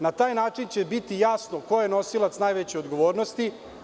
Na taj način će biti jasno ko je nosilac najveće odgovornosti.